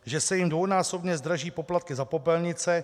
Že se jim dvojnásobně zdraží poplatky za popelnice.